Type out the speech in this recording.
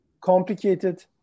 complicated